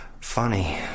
Funny